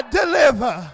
deliver